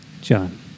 John